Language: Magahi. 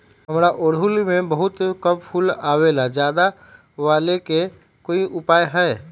हमारा ओरहुल में बहुत कम फूल आवेला ज्यादा वाले के कोइ उपाय हैं?